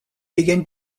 began